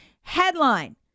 Headline